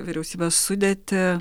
vyriausybės sudėtį